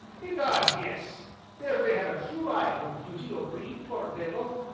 egad, yes beverley had a true eye for beauty or breed, poor dey-vil!